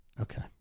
Okay